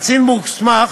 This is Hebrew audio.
קצין מוסמך